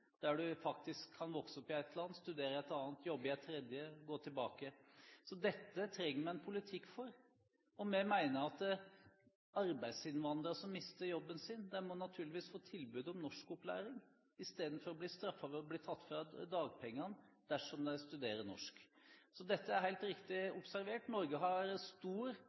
der du faktisk kan vokse opp i ett land, studere i et annet, jobbe i et tredje og så gå tilbake. Dette trenger vi en politikk for, og vi mener at arbeidsinnvandrere som mister jobben, naturligvis må få tilbud om norskopplæring istedenfor å bli straffet ved å bli tatt fra dagpengene dersom de studerer norsk. Så dette er helt riktig observert. Norge har fortsatt stor